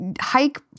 hike